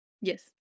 Yes